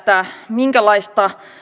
minkälaista